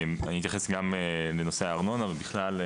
אני אתייחס גם לנושא הארנונה ובכלל.